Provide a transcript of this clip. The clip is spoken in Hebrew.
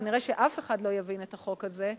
ונראה שאף אחד לא יבין את החוק הזה.